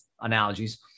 analogies